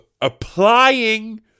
applying